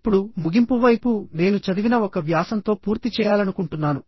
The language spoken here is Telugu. ఇప్పుడు ముగింపు వైపు నేను చదివిన ఒక వ్యాసంతో పూర్తి చేయాలనుకుంటున్నాను